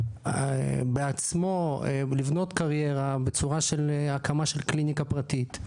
שהחליט בעצמו לבנות קריירה בצורה של הקמה של קליניקה פרטית,